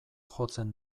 jotzen